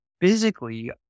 physically